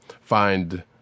find